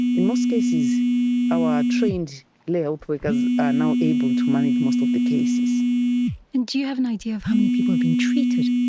in most cases our trained lay health workers are now able to manage most of the cases. and do you have an idea of how many people have been treated?